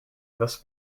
thus